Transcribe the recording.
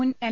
മുൻ എം